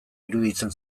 iruditzen